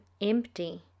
empty